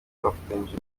twafatanyije